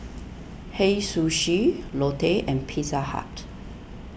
Hei Sushi Lotte and Pizza Hut